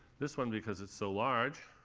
this one because it's so large